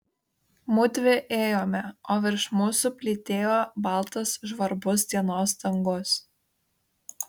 mudvi ėjome o virš mūsų plytėjo baltas žvarbus dienos dangus